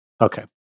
Okay